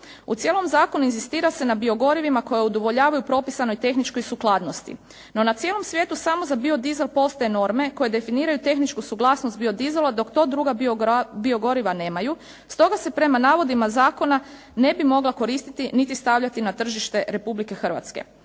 U cijelom zakonu inzistira se na biogorivima koja udovoljavaju propisanoj tehničkoj sukladnosti. No na cijelom svijetu samo za biodizel postoje norme koje definiraju tehničku suglasnost biodizela, dok to druga biogoriva nemaju, stoga se prema navodima zakona ne bi mogla koristiti niti stavljati na tržište Republike Hrvatske.